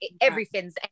everything's